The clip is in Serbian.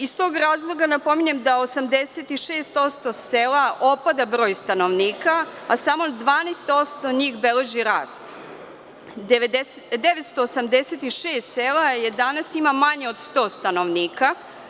Iz tog razloga, napominjem da u 86% sela opada broj stanovnika, a samo 12% njih beleži rast, 986 sela danas ima manje od 100 stanovnika.